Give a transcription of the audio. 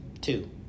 two